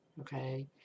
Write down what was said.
okay